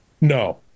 No